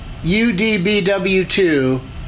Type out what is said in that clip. UDBW2